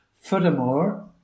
furthermore